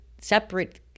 separate